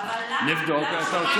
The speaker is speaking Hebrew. מי יבדוק?